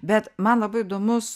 bet man labai įdomus